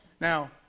Now